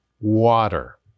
water